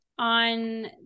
On